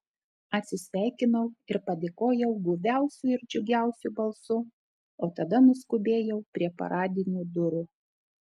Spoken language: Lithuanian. atsisveikinau ir padėkojau guviausiu ir džiugiausiu balsu o tada nuskubėjau prie paradinių durų